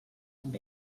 amb